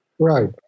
Right